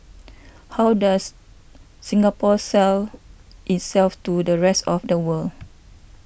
how does Singapore sell itself to the rest of the world